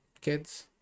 kids